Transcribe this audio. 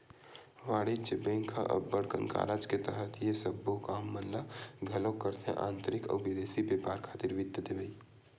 वाणिज्य बेंक ह अब्बड़ कन कारज के तहत ये सबो काम मन ल घलोक करथे आंतरिक अउ बिदेसी बेपार खातिर वित्त देवई